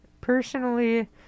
personally